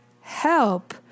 help